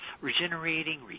regenerating